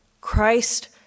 Christ